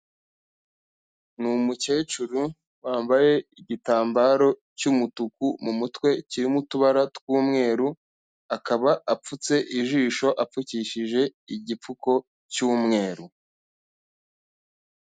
Ni umukecuru wambaye igitambaro cy'umutuku mu mutwe, kirimo utubara tw'umweru, akaba apfutse ijisho, apfukishije igipfuko cy'umweru.